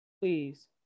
Please